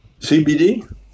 CBD